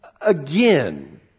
Again